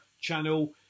channel